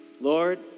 lord